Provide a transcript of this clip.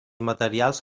materials